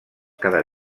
cada